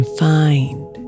find